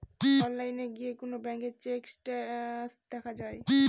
অনলাইনে গিয়ে কোন ব্যাঙ্কের চেক স্টেটাস দেখা যায়